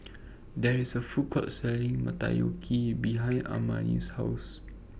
There IS A Food Court Selling Motoyaki behind Amani's House